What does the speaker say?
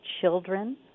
children